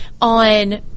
on